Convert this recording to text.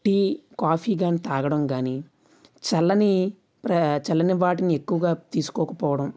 tea coffee కానీ తాగడం కాని చల్లని వా చల్లని వాటిని ఎక్కువగా తీసుకోకపోవడం